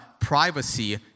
privacy